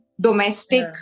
domestic